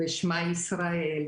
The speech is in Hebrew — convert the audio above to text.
'שמע ישראל',